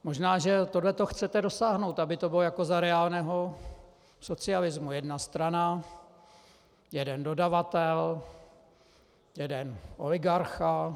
Možná že toho chcete dosáhnout, aby to bylo jako za reálného socialismu jedna strana, jeden dodavatel, jeden oligarcha.